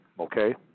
Okay